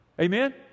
Amen